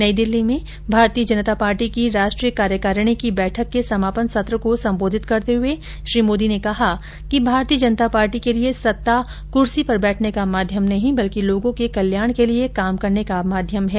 नई दिल्ली में भारतीय जनता पार्टी की राष्ट्रीय कार्यकारिणी की बैठक के समापन सत्र को संबोधित करते हुए श्री मोदी ने कहा कि भारतीय जनता पार्टी के लिए सत्ता कुर्सी पर बैठने का माध्यम नहीं बल्कि लोगों के कल्याण के लिए काम करने का माध्यम है